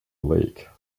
lake